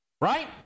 right